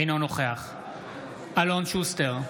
אינו נוכח אלון שוסטר,